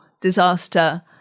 disaster